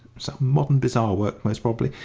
some modern bazaar work, most probably.